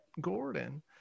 Gordon